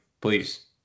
please